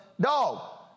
dog